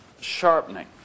sharpening